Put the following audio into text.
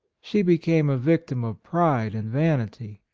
she became a victim of pride and van ity.